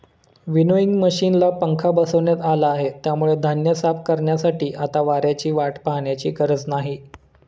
winnowing मशिनला पंखा बसवण्यात आला आहे, त्यामुळे धान्य साफ करण्यासाठी आता वाऱ्याची वाट पाहण्याची गरज नाही